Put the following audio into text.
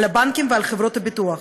על הבנקים וחברות ביטוח,